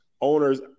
owners